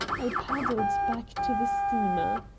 i paddled back to the steamer.